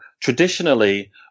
traditionally